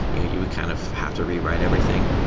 you you would kind of have to rewrite everything.